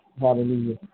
Hallelujah